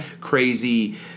crazy